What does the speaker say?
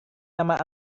nama